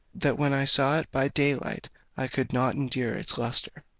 that when i saw it by day-light i could not endure its lustre.